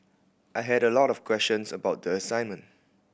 I had a lot of questions about the assignment